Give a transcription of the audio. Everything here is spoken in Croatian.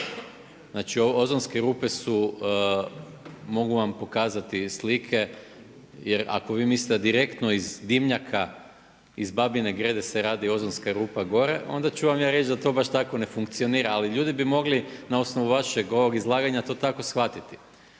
Znači ozonske rupe su, mogu vam pokazati slike jer ako vi mislite direktno iz dimnjaka iz Babine Grede se radi ozonska rupa gore, onda ću vam ja reći da to baš tako ne funkcionira, ali ljudi bi mogli na osnovu vašeg ovog izlaganja to tako shvatiti.